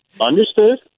Understood